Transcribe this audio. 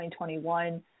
2021